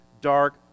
dark